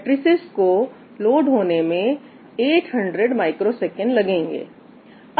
matrices को load होने में 800µs लगेंगे